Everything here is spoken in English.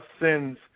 sins